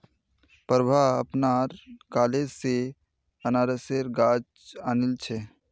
प्रभा अपनार कॉलेज स अनन्नासेर गाछ आनिल छ